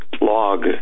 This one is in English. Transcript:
log